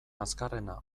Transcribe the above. azkarrena